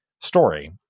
story